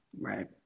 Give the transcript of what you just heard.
Right